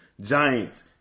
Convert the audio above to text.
Giants